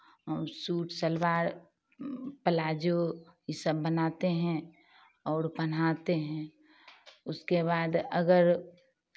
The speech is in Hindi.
और सूट सलवार प्लाज़ो ये सब बनाते हैं और पहनाते हैं उसके बाद अगर